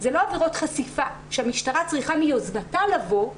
אלה לא עבירות חשיפה שהמשטרה צריכה מיוזמתה לבוא,